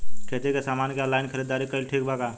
खेती के समान के ऑनलाइन खरीदारी कइल ठीक बा का?